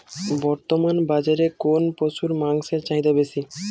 বর্তমান বাজারে কোন পশুর মাংসের চাহিদা বেশি?